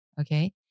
okay